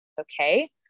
okay